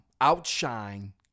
outshine